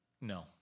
No